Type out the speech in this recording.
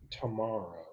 tomorrow